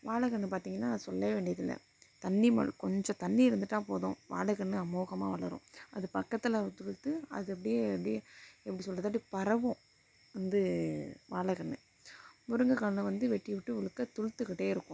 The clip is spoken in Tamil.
வாழைக் கன்று பார்த்திங்கன்னா சொல்லவே வேண்டியதில்லை தண்ணி ம கொஞ்சம் தண்ணி இருந்துவிட்டா போதும் வாழைக் கன்று அமோகமாக வளரும் அது பக்கத்தில் துளுர்த்து அது அப்படியே அப்படியே எப்படி சொல்கிறது அப்படியே பரவும் வந்து வாழைக் கன்று முருங்கைக் கன்று வந்து வெட்டி வெட்டி உலுக்க துளுர்த்துக்கிட்டே இருக்கும்